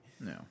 No